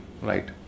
right